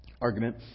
argument